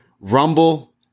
Rumble